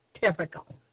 typical